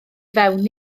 fewn